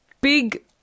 big